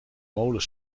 molen